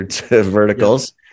verticals